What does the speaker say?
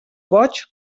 boig